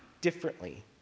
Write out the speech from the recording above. differently